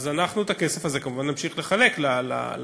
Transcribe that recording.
אנחנו את הכסף הזה כמובן נמשיך לחלק לארגונים.